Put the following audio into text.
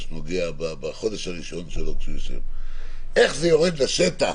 נוגע בחודש הראשון שלו: איך זה יורד לשטח,